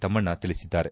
ತಮ್ಮಣ್ಣ ತಿಳಿಸಿದ್ದಾರೆ